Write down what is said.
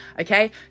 Okay